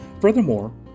furthermore